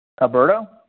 Alberto